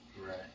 right